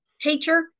teacher